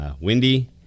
Windy